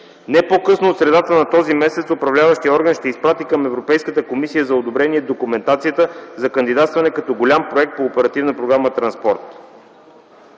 Не по-късно от средата на този месец управляващият орган ще изпрати към Европейската комисия за одобрение документацията за кандидатстване като голям проект по Оперативна програма „Транспорт”.